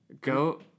Go